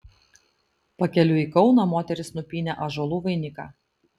pakeliui į kauną moterys nupynė ąžuolų vainiką